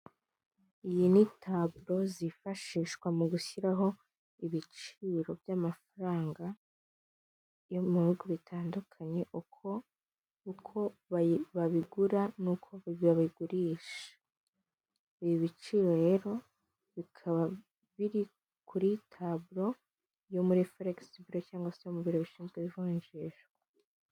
Mu karere ka Muhanga habereyemo irushanwa ry'amagare riba buri mwaka rikabera mu gihugu cy'u Rwanda, babahagaritse ku mpande kugira ngo hataba impanuka ndetse n'abari mu irushanwa babashe gusiganwa nta nkomyi.